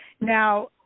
Now